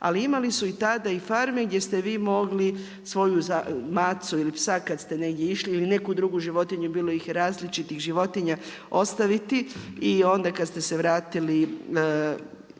ali imali su i tada i farme gdje ste vi mogli svoju macu ili psa kada ste išli ili neku drugu životinju bilo ih je različitih životinja ostaviti i onda kada ste se vratili